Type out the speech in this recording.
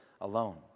alone